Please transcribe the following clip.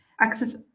access